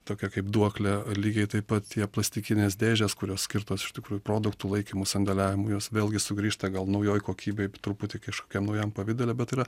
tokia kaip duoklė lygiai taip pat tie plastikinės dėžės kurios skirtos iš tikrųjų produktų laikymu sandėliavimu jos vėlgi sugrįžta gal naujoj kokybėj truputį kažkokiam naujam pavidale bet tai yra